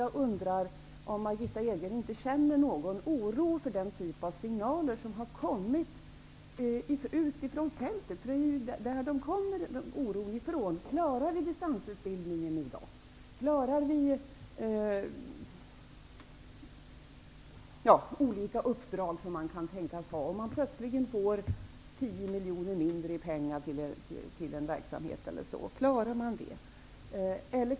Jag undrar om Margitta Edgren inte känner någon oro inför den typ av signaler som har kommit från fältet. Det är där oron kommer ifrån. Man frågar sig: Klarar man vi distansutbildningen? Klarar vi de olika uppdrag vi kan tänkas ha om vi plötsligen får 10 miljoner mindre till en verksamhet? Klarar vi det?